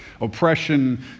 oppression